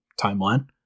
timeline